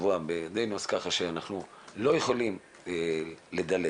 אז ככה שאנחנו לא יכולים לדלג.